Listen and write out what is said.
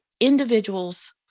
individuals